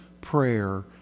prayer